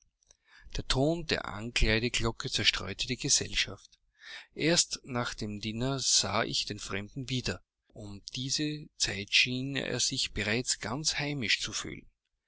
der ton der ankleideglocke zerstreute die gesellschaft erst nach dem diner sah ich den fremden wieder um diese zeit schien er sich bereits ganz heimisch zu fühlen